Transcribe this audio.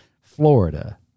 florida